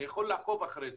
אני יכול לעקוב אחרי זה.